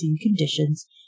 conditions